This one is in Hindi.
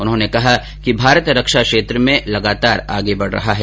उन्होंने कहा कि भारत रक्षा क्षेत्र में लगातार आगे बढ़ रहा है